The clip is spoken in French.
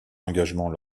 engagement